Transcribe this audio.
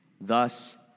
Thus